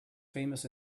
famous